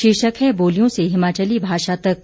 शीर्षक है बोलियों से हिमाचली भाषा तक